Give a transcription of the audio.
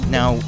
Now